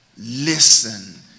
Listen